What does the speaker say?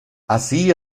así